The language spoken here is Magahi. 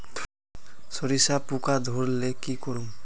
सरिसा पूका धोर ले की करूम?